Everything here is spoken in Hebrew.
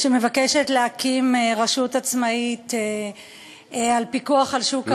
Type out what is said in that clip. שמבקשת להקים רשות עצמאית לפיקוח על רשות ההון.